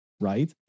right